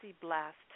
blast